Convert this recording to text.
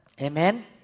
Amen